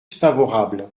favorables